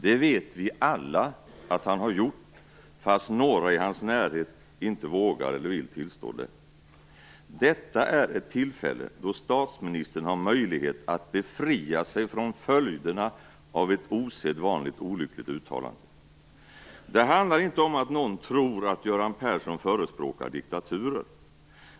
Det vet vi alla att han har gjort, även om några i hans närhet inte vågar eller inte vill tillstå det. Detta är ett tillfälle då statsministern har möjlighet att befria sig från följderna av ett osedvanligt olyckligt uttalande. Det handlar inte om att någon tror att Göran Persson förespråkar diktaturen.